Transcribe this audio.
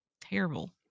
terrible